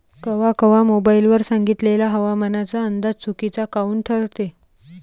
कवा कवा मोबाईल वर सांगितलेला हवामानाचा अंदाज चुकीचा काऊन ठरते?